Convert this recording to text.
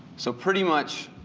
so pretty much